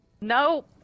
no